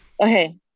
Okay